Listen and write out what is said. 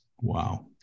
Wow